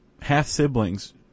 half-siblings